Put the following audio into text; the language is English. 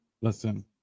Listen